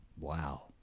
Wow